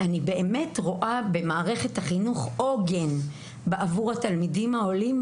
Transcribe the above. אני באמת רואה במערכת החינוך עוגן בעבור התלמידים ההורים,